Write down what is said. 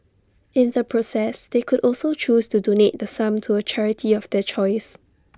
in the process they could also choose to donate the sum to A charity of their choice